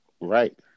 Right